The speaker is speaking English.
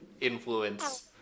influence